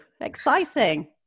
exciting